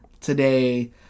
today